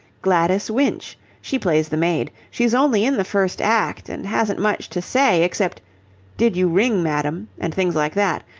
gladys winch. she plays the maid. she's only in the first act, and hasn't much to say, except did you ring, madam and things like that.